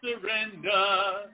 surrender